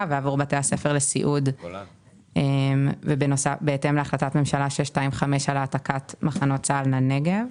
עבור בתי הספר לסיעוד בהתאם להחלטת ממשלה 625 של העתקת מחנות צה"ל מהנגב.